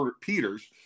Peters